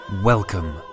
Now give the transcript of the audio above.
Welcome